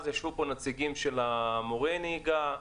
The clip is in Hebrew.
ישבו פה נציגים של מורי נהיגה,